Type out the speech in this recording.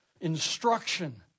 instruction